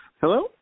Hello